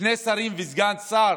שני שרים וסגן שר,